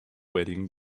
wedding